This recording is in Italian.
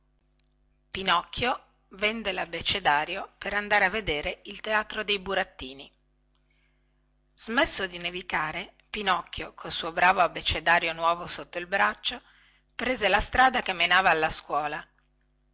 pinocchio vende labbecedario per andare a vedere il teatrino dei burattini smesso che fu di nevicare pinocchio col suo bravo abbecedario nuovo sotto il braccio prese la strada che menava alla scuola